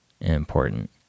important